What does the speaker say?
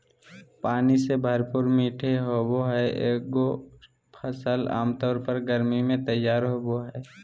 पानी से भरपूर मीठे होबो हइ एगोर फ़सल आमतौर पर गर्मी में तैयार होबो हइ